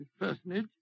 personage